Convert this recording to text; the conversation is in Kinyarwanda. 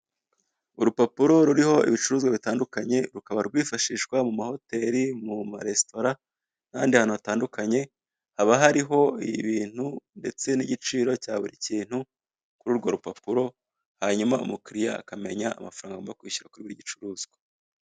Urupapuro ruriho ibicuruzwa bitandukanye rukaba rwifashishwa mu ma hoteri, mu ma resitora n'ahandi hantu hatandukanye. Haba hariho ibintu ndetse n'igiciro cya buri kintu kuri urwo rupapuro hanyuma umukiriya akamenya amafaranga agomba kwishyura kuri buri gicuruzwa.